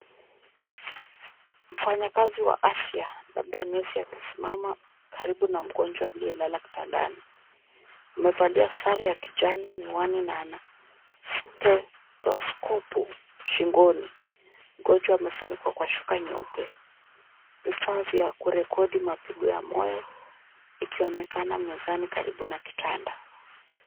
Mfanyakazi wa afya, labda nesi, akisimama karibu na mgonjwa aliyelala kitandani. Amevalia sare ya kijani, miwani, na ana stetoskopu shingoni. Mgonjwa amefunikwa kwa shuka nyeupe. Vifaa vya kurekodi mapigo ya moyo ikionekana mezani karibu na kitanda.